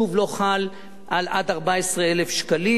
זה לא חל על עד 14,000 שקלים.